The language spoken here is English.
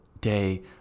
day